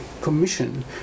Commission